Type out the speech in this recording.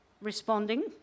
responding